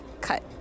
Cut